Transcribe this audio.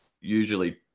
usually